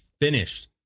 finished